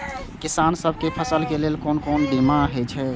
किसान सब के फसल के लेल कोन कोन बीमा हे छे?